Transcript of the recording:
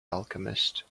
alchemist